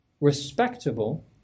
respectable